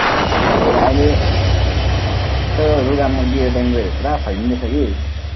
ए अहिले यस्तो रुगा मार्गी यो डेङ्गुहरू पुरा फैलिँदैछ कि